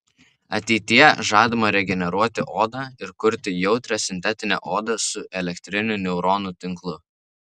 ateityje žadama regeneruoti odą ir kurti jautrią sintetinę odą su elektriniu neuronų tinklu